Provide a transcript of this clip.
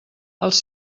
els